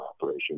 operation